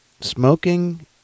smoking